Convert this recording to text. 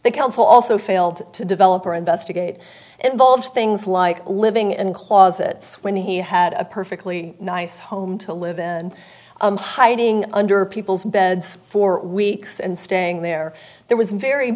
the council also failed to develop or investigate involved things like living in closets when he had a perfectly nice home to live and hiding under people's beds for weeks and staying there there was very